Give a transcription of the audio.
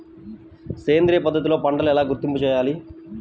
సేంద్రియ పద్ధతిలో పంటలు ఎలా గుర్తింపు చేయాలి?